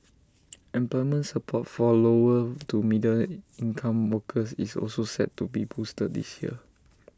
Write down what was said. employment support for lower to middle income workers is also set to be boosted this year